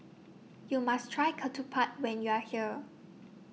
YOU must Try Ketupat when YOU Are here